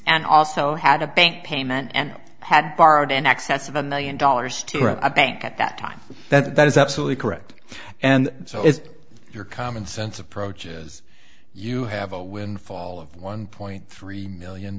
and also had a bank payment and had borrowed in excess of a million dollars to a bank at that time that is absolutely correct and so is your common sense approach is you have a windfall of one point three million